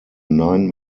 nine